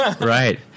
Right